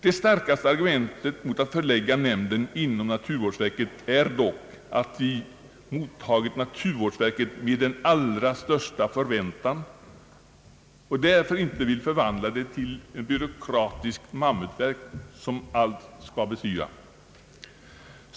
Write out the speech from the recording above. Det starkaste argumentet mot att förlägga nämnden inom naturvårdsverket är dock, att vi har mottagit naturvårdsverket med den allra största förväntan och därför inte vill förvandla det till ett byråkratiskt mammutverk, som allt skall bestyra.